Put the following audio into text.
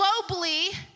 globally